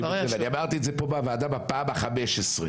אני אמרתי את זה פה בוועדה בפעם ה-15,